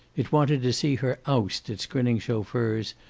it wanted to see her oust its grinning chauffeurs,